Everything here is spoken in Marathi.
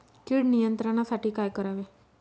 कीड नियंत्रणासाठी काय करावे?